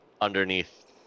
underneath